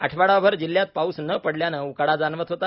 आठवडाभर जिल्ह्यात पाऊस न पडल्याने उकाडा जाणवत होता